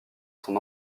son